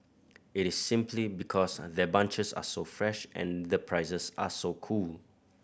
it is simply because their bunches are so fresh and the prices are so cool